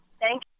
Thank